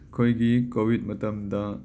ꯑꯩꯈꯣꯏꯒꯤ ꯀꯣꯕꯤꯗ ꯃꯇꯝꯗ